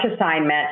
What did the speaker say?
assignment